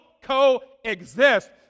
coexist